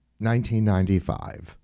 1995